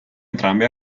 entrambi